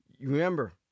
Remember